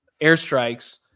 airstrikes